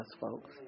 folks